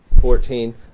Fourteen